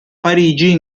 parigi